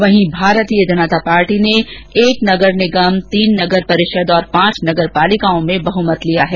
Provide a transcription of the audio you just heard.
वहीं भारतीय जनता पार्टी ने दो नगर निगम तीन नगर परिषद और पांच नगर पालिकाओं में बहमत लिया है